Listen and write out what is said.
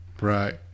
right